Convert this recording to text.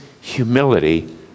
humility